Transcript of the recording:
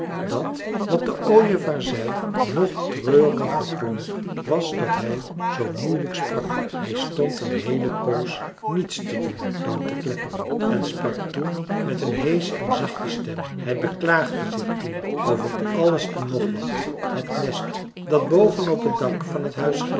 dat wat de ooievaar zei nog treuriger klonk was dat hij zoo moeielijk sprak hij stond een heele poos niets te doen dan te klepperen en sprak toen met een heesche en zachte stem hij beklaagde zich toen over alles en nog wat het nest dat boven op het dak van het huis